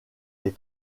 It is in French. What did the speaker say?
les